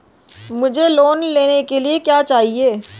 मुझे लोन लेने के लिए क्या चाहिए?